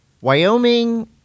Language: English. Wyoming